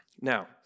Now